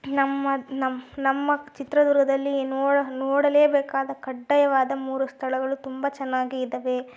ನಮ್ಮ ನಮ್ಮ ನಮ್ಮ ಚಿತ್ರದುರ್ಗದಲ್ಲಿ ನೋಡಲೇಬೇಕಾದ ಕಡ್ಡಾಯವಾದ ಮೂರು ಸ್ಥಳಗಳು ತುಂಬ ಚೆನ್ನಾಗಿ ಇದ್ದಾವೆ